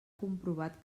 comprovat